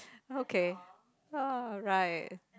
okay alright